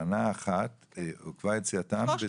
עוכבה יציאתם,